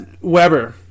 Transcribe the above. Weber